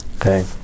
okay